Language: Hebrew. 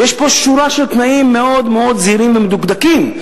ויש פה שורה של תנאים מאוד זהירים ומדוקדקים,